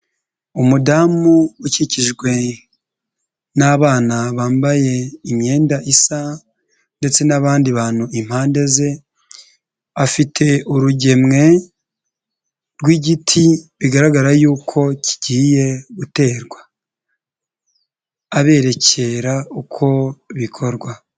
Umudamu ukikijwe n'abana bambaye imyenda isa ndetse n'abandi bantu impande ze, afite urugemwe rw'igiti bigaragara yuko kigiye guterwa, aberekera uko bikorwa.